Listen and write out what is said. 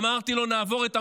ואמרתי לו: נעבור את ה-200.